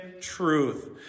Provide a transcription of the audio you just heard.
truth